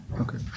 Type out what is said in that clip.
Okay